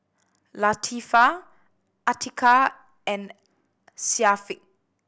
Latifa Atiqah and Syafiq